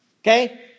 Okay